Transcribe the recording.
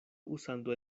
usando